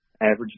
average